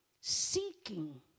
Seeking